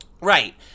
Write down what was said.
Right